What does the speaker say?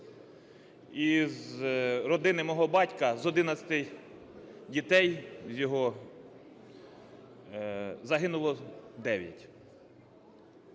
Із родини мого батька з 11 дітей загинуло 9.